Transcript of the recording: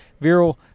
viral